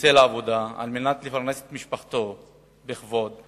שיוצא לעבודה כדי לפרנס את משפחתו בכבוד,